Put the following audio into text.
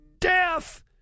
death